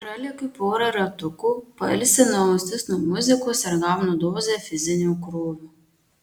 pralekiu porą ratukų pailsinu ausis nuo muzikos ir gaunu dozę fizinio krūvio